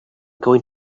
going